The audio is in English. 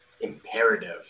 imperative